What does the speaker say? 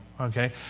okay